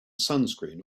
sunscreen